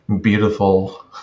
beautiful